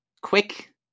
quick